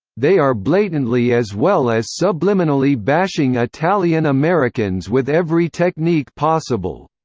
they are blatantly as well as subliminally bashing italian americans with every technique possible.